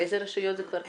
באיזה רשויות זה כבר קיים?